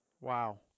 Wow